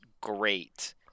great